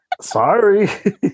Sorry